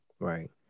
right